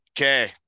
Okay